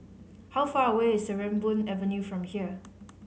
how far away is Sarimbun Avenue from here